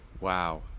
Wow